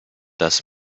das